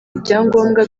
ibyangombwa